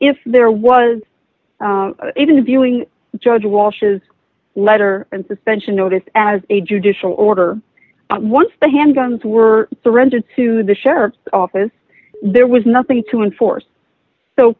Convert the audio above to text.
if there was even a viewing judge walsh's letter and suspension notice as a judicial order once the handguns were surrendered to the sheriff's office there was nothing to enforce so